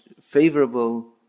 favorable